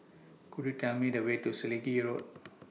Could YOU Tell Me The Way to Selegie Road